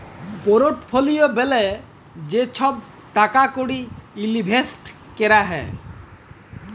portfolio ব্যলে যে ছহব টাকা কড়ি ইলভেসট ক্যরা হ্যয়